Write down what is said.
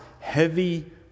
heavy